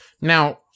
now